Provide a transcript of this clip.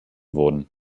wurden